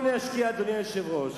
אדוני היושב-ראש,